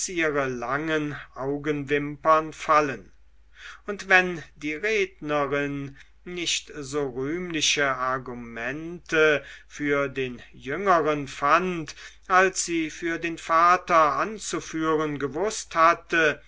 ihre langen augenwimpern fallen und wenn die rednerin nicht so rühmliche argumente für den jüngeren fand als sie für den vater anzuführen gewußt hatte